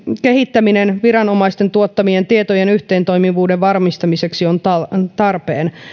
kehittäminen viranomaisten tuottamien tietojen yhteentoimivuuden varmistamiseksi on tarpeen